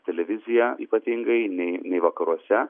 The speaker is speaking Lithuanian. televizija ypatingai nei vakaruose